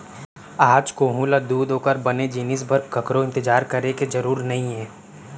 आज कोहूँ ल दूद ओकर बने जिनिस बर ककरो इंतजार करे के जरूर नइये